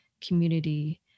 community